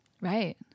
Right